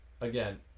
Again